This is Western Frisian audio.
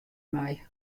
mei